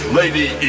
lady